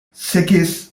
sekiz